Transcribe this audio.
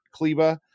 Kleba